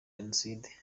jenoside